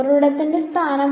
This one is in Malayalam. ഉറവിടത്തിന്റെ സ്ഥാനം